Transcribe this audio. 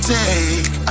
take